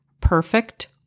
perfect